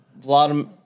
Vladimir